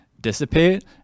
dissipate